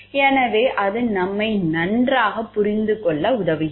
எனவே அது நம்மை நன்றாகப் புரிந்துகொள்ள உதவுகிறது